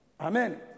Amen